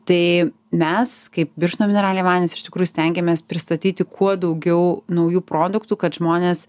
tai mes kaip birštono mineraliniai vandenys iš tikrųjų stengiamės pristatyti kuo daugiau naujų produktų kad žmones